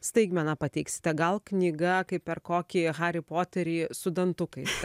staigmeną pateiksite gal knyga kaip per kokį harį poterį su dantukais